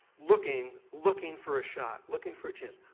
looking looking for a shot, looking for chance.